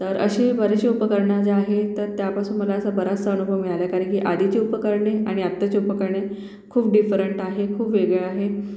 तर अशी बरीचशी उपकरणं जे आहे तर त्यापासून मला असा बराचसा अनुभव मिळाला आहे कारण की आधीची उपकरणे आणि आताची उपकरणे खूप डिफरंट आहे खूप वेगळं आहे